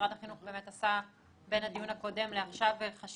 שמשרד החינוך באמת עשה בין הדיון הקודם לדיון הזה חשיבה